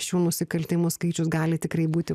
šių nusikaltimų skaičius gali tikrai būti